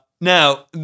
Now